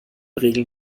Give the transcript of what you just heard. regeln